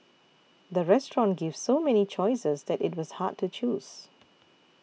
the restaurant gave so many choices that it was hard to choose